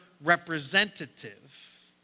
representative